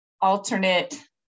alternate